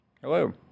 Hello